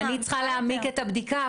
אם אני צריכה להעמיק את הבדיקה,